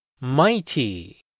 Mighty